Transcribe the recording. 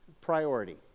priority